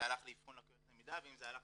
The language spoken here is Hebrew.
הלך לאבחון לקויות למידה ואם זה הלך